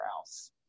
else